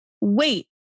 Wait